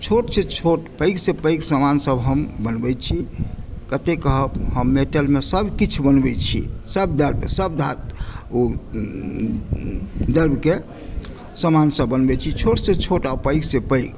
छोट सॅं छोट पैघ सॅं पैघ समान सभ हम बनबै छी कते कहब हम मेटल मे सभ किछु बनबै छी सभ धातु सभ धातु द्रवके समान सभ बनबै छी छोट सॅं छोट आओर पैघ सॅं पैघ